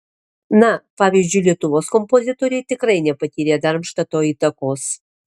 na pavyzdžiui lietuvos kompozitoriai tikrai nepatyrė darmštato įtakos